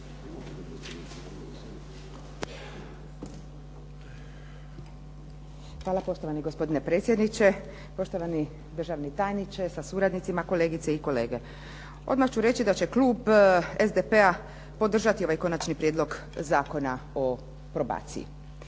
Hvala poštovani gospodine predsjedniče, poštovani državni tajniče sa suradnicima, kolegice i kolege. Odmah ću reći da će klub SDP-a podržati ovaj konačni prijedlog Zakona o probaciji.